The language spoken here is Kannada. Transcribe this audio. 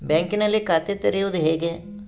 ಬ್ಯಾಂಕಿನಲ್ಲಿ ಖಾತೆ ತೆರೆಯುವುದು ಹೇಗೆ?